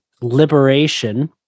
liberation